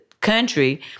country